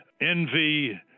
Envy